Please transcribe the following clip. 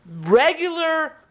Regular